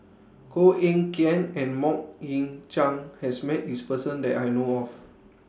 Koh Eng Kian and Mok Ying Jang has Met This Person that I know of